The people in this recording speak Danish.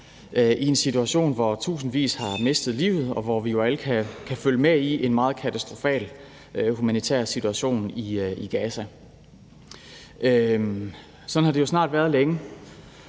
i en situation, hvor tusindvis har mistet livet, og hvor vi jo alle sammen kan følge med i den meget katastrofale humanitære situation. Sådan har det jo snart været længe,